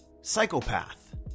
psychopath